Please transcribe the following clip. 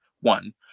one